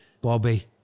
Bobby